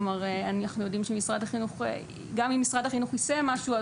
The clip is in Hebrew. כלומר אנחנו יודעים שגם אם משרד החינוך יישם משהו,